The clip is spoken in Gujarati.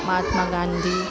મહાત્મા ગાંધી